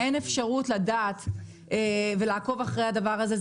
אין אפשרות לדעת ולעקוב אחרי הדבר הזה.